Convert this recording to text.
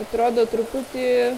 atrodo truputį